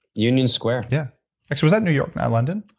union square. yeah actually was that new york, not london?